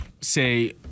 say